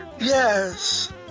Yes